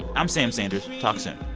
i'm sam sanders. talk soon